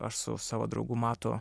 aš su savo draugu matu